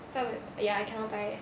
不要买 ya cannot buy